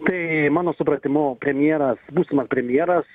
tai mano supratimu premjeras būsimas premjeras